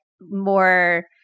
more